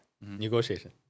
Negotiation